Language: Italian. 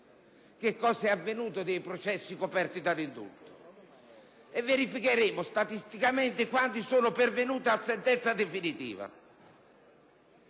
cosa è avvenuto dei processi coperti dall'indulto: verificheremo statisticamente quanti sono pervenuti a sentenza definitiva